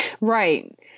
Right